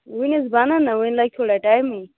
ؤنہِ حَظ بنن نہٕ وٕنہِ لگہِ تھوڑا ٹایمٕے